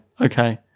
okay